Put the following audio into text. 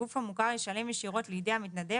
הגוף המוכר ישלם ישירות לידי המתנדב